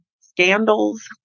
scandals